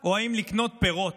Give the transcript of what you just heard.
או אם לקנות פירות,